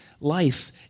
life